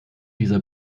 dieser